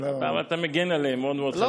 אתה מגן עליהם מאוד מאוד חזק,